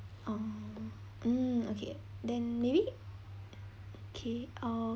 um mm okay then maybe okay or